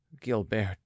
Gilbert